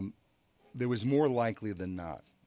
there was more likely than not,